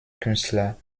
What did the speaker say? künstler